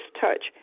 touch